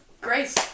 Grace